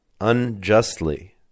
unjustly